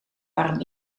warm